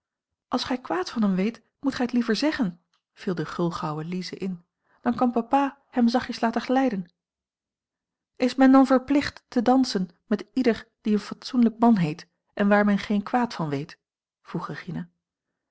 als gij kwaad van hem weet moet gij t liever zeggen viel de gulgauwe lize in dan kan papa hem zachtjes laten glijden is men dan verplicht te dansen met ieder die een fatsoenlijk man heet en waar men geen kwaad van weet vroeg regina